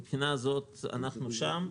מן הבחינה הזאת אנחנו שם.